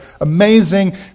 amazing